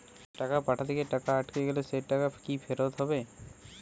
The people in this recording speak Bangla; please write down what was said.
টাকা পাঠাতে গিয়ে টাকা আটকে গেলে সেই টাকা কি ফেরত হবে?